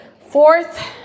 fourth